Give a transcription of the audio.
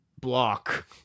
block